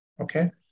okay